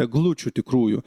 eglučių tikrųjų